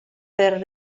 per